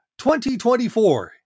2024